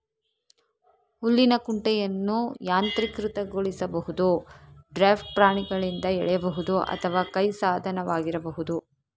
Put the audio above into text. ಹುಲ್ಲಿನ ಕುಂಟೆಯನ್ನು ಯಾಂತ್ರೀಕೃತಗೊಳಿಸಬಹುದು, ಡ್ರಾಫ್ಟ್ ಪ್ರಾಣಿಗಳಿಂದ ಎಳೆಯಬಹುದು ಅಥವಾ ಕೈ ಸಾಧನವಾಗಿರಬಹುದು